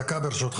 דקה ברשותך,